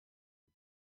die